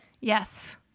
yes